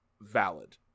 valid